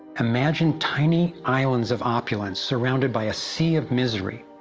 imagine tiny islands of opulence surrounded by a sea of misery,